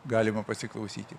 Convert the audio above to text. galima pasiklausyti